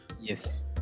Yes